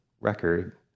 record